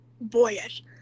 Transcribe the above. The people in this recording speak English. boyish